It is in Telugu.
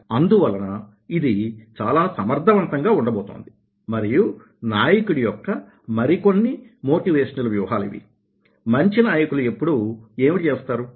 అందువలన ఇది చాలా సమర్థవంతంగా ఉండబోతోంది మరియు నాయకుడి యొక్క మరికొన్ని మోటివేషనల్ వ్యూహాలు ఇవి మంచి నాయకులు ఎప్పుడూ ఏమి చేస్తారు